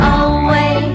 away